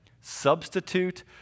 substitute